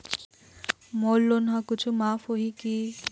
मोर loan हा कुछू माफ होही की?